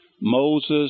Moses